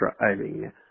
driving